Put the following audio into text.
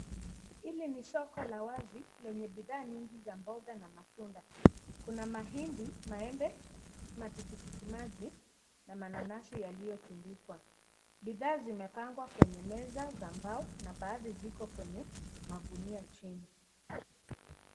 Hili ni soko la wazi, lenye bidhaa nyingi za mboga na matunda. Kuna mahindi, maembe, matikiti maji na mananasi yaliyo tundikwa. Bidhaa zimepangwa kwenye meza za mbao na baadhi ziko kwenye magunia chini.